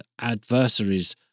adversaries